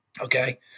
Okay